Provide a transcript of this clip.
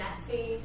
messy